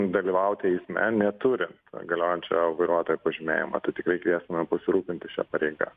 dalyvauti eisme neturint galiojančio vairuotojo pažymėjimo tai tikrai kviestume pasirūpinti šia pareiga